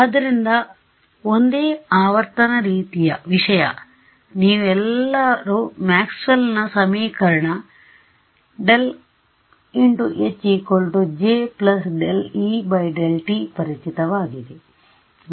ಆದ್ದರಿಂದ ಒಂದೇ ಆವರ್ತನ ರೀತಿಯ ವಿಷಯ ನೀವು ಎಲ್ಲರೂ ಮ್ಯಾಕ್ಸ್ವೆಲ್ನ ಸಮೀಕರಣMaxwell's equation ∇ ×H J∂E∂t ಪರಿಚಿತವಾಗಿದೆ